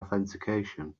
authentication